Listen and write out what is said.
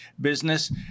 business